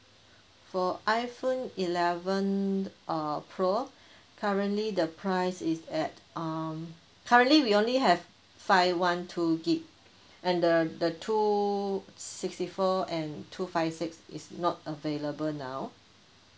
for iphone eleven uh pro currently the price is at um currently we only have five one two gig and the the two sixty four and two five six is not available now